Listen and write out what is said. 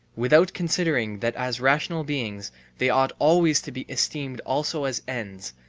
without considering that as rational beings they ought always to be esteemed also as ends,